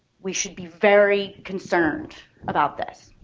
we should be very concerned about this.